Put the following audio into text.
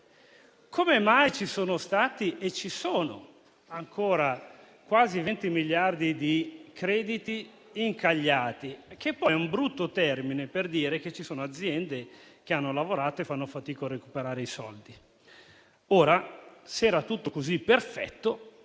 Come mai ci sono stati e ci sono ancora quasi 20 miliardi di euro di crediti incagliati, che poi è un brutto termine per dire che ci sono aziende che hanno lavorato e fanno fatica a recuperare i soldi? Se tutto fosse stato così perfetto,